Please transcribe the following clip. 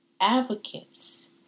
advocates